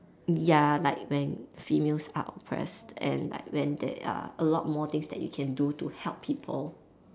ya like when females are oppressed and like when there are a lot more things that you can do to help people